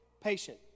patient